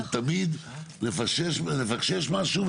כי תמיד מתפקשש משהו.